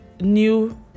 new